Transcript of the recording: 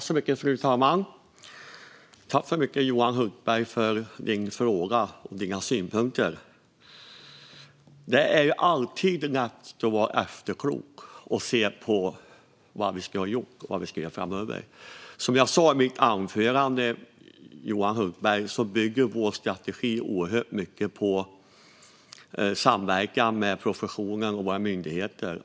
Fru talman! Tack så mycket, Johan Hultberg, för dina frågor och dina synpunkter! Det är alltid lätt att vara efterklok och se vad vi gjort och vad vi ska göra framöver. Som jag sa i mitt anförande, Johan Hultberg, bygger vår strategi oerhört mycket på samverkan med professionen och våra myndigheter.